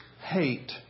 hate